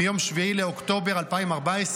מיום 7 באוקטובר 2014,